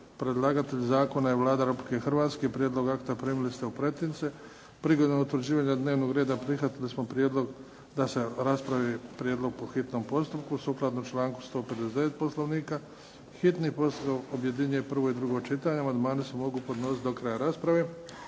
Predlagatelj zakona je Vlada Republike Hrvatske. Prijedlog akta primili ste u pretince. Prigodom utvrđivanja dnevnog reda prihvatili smo prijedlog da se raspravi prijedlog po hitnom postupku. Sukladno članku 159. Poslovnika hitni postupak objedinjuje prvo i drugo čitanje. Amandmani se mogu podnositi do kraja rasprave.